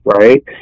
right